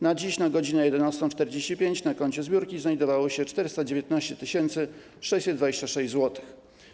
Na dziś na godz. 11.45 na koncie zbiórki znajdowało się 419 626 zł.